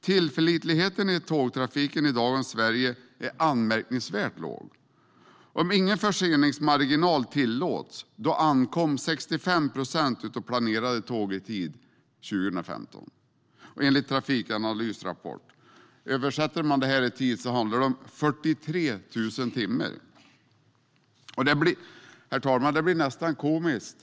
Tillförlitligheten i tågtrafiken i dagens Sverige är anmärkningsvärt låg. Om ingen förseningsmarginal tillåts ankom 65 procent av de planerade tågen i tid år 2015, enligt en rapport från Trafikanalys. Översätter man det till tid handlar det om 43 000 timmar. Det blir nästan komiskt.